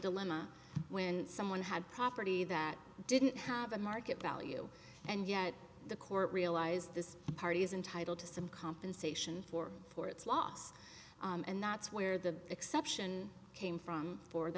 dilemma when someone had property that didn't have a market value and yet the court realized this party is entitled to some compensation for for its loss and that's where the exception came from for the